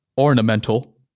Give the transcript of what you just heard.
ornamental